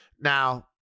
Now